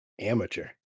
amateur